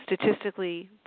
statistically